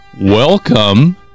Welcome